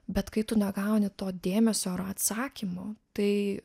bet kai tu negauni to dėmesio ar atsakymo tai